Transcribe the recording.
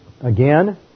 again